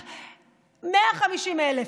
150,000,